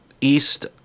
East